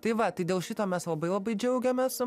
tai va tai dėl šito mes labai labai džiaugiamės